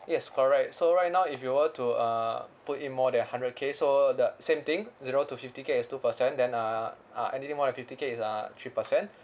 yes correct so right now if you were to uh put in more than hundred K so the same thing zero to fifty K is two percent then uh uh anything more than fifty K is uh three percent